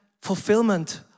fulfillment